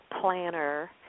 planner